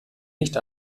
nicht